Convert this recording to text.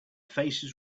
faces